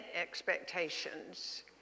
expectations